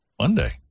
Monday